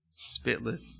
spitless